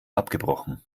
abgebrochen